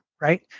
right